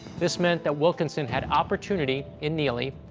this meant that wilkinson had opportunity, in neely,